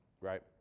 right